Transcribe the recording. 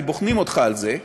כי בוחנים אותך על זה,